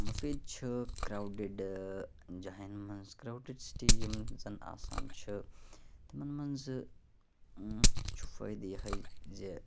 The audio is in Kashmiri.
مُفیٖد چھُ کراوڈِڈ جایَن مَنٛز کراوڈِڈ سِٹِی یِم زَن آسان چھِ تِمَن مَنٛز چھُ فٲیدٕ یِہٕے زِ